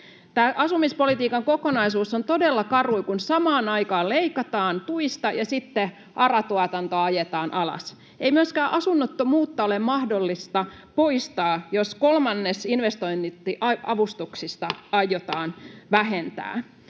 asumispolitiikan kokonaisuus on todella karu, kun samaan aikaan leikataan tuista ja sitten ARA-tuotanto ajetaan alas. Ei myöskään asunnottomuutta ole mahdollista poistaa, jos kolmannes investointiavustuksista [Puhemies